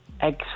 eggs